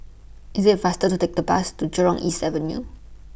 IT IS faster to Take The Bus to Jurong East Avenue